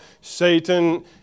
Satan